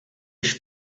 již